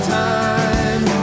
time